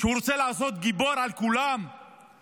שהוא רוצה להיות גיבור על כולם והוא